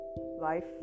Life